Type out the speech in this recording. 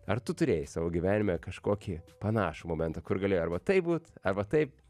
ar tu turėjai savo gyvenime kažkokį panašų momentą kur galėjo arba taip būt arba taip